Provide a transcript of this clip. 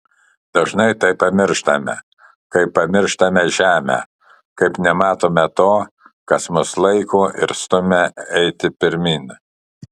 dažnai tai pamirštame kaip pamirštame žemę kaip nematome to kas mus laiko ir stumia eiti pirmyn